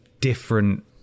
different